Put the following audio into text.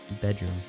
bedroom